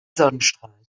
sonnenstrahlen